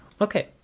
Okay